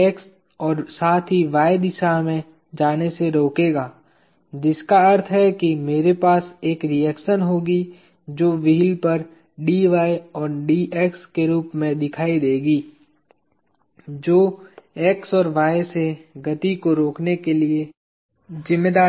x और साथ ही y दिशा में जाने से रोकेगा जिसका अर्थ है कि मेरे पास एक रिएक्शन होगी जो व्हील पर Dy और Dx के रूप में दिखाई देगी जो x और y से गति को रोकने के लिए जिम्मेदार है